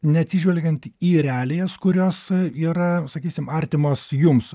neatsižvelgiant į realijas kurios yra sakysim artimos jums